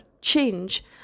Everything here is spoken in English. change